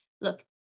look